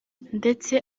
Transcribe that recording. ndetse